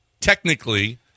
Technically